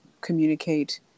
communicate